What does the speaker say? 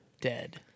Dead